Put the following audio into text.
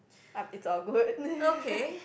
um it's all good